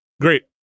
great